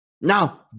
Now